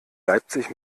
leipzig